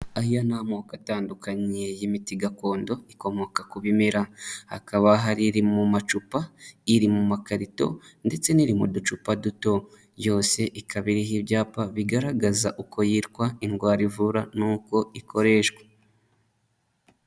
Aya ni amoko atandukanye y'imiti gakondo ikomoka ku bimera, hakaba hari iri mu macupa, iri mu makarito ndetse n'iri mu ducupa duto, yose ikaba iriho ibyapa bigaragaza uko yitwa, indwara ivura n'uko ikoreshwa.